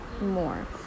more